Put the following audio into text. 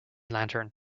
lantern